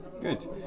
Good